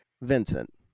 Vincent